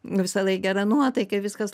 visąlaik gera nuotaika viskas